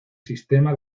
sistema